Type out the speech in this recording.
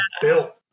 built